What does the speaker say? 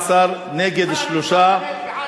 בעד, 15, נגד, 3,